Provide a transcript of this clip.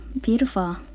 beautiful